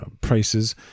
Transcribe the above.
prices